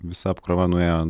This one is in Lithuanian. visa apkrova nuėjo